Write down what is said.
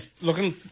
Looking